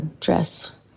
dress